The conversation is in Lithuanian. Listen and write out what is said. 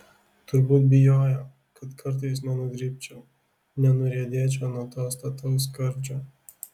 turbūt bijojo kad kartais nenudribčiau nenuriedėčiau nuo to stataus skardžio